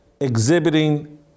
exhibiting